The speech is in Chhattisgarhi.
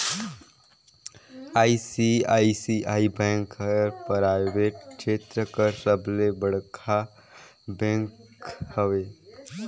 आई.सी.आई.सी.आई बेंक हर पराइबेट छेत्र कर सबले बड़खा बेंक हवे